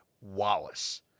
Wallace